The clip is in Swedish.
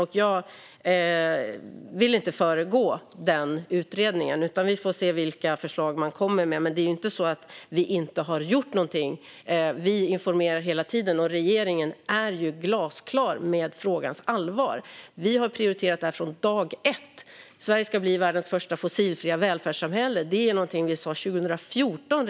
Jag vill inte föregå den utredningen, utan vi får se vilka förslag som kommer. Men det är ju inte så att vi inte har gjort någonting. Vi informerar hela tiden, och regeringen är glasklar när det gäller frågans allvar. Vi har prioriterat detta från dag ett. Sverige ska bli världens första fossilfria välfärdssamhälle. Det är någonting som vi sa redan 2014.